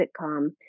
sitcom